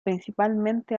principalmente